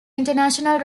international